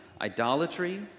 idolatry